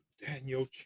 Daniel